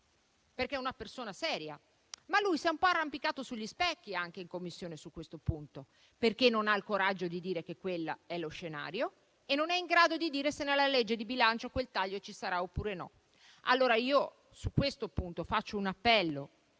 perché è una persona seria, ma lui si è un po' arrampicato sugli specchi anche in Commissione su questo punto, perché non ha il coraggio di dire che quello è lo scenario e non è in grado di dire se nella legge di bilancio quel taglio ci sarà oppure no. Allora, su questo punto faccio un appello